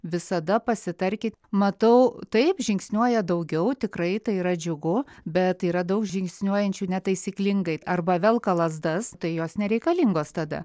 visada pasitarkit matau taip žingsniuoja daugiau tikrai tai yra džiugu bet yra daug žingsniuojančių netaisyklingai arba velka lazdas tai jos nereikalingos tada